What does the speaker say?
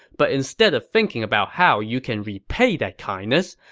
but instead of thinking about how you can repay that kindness,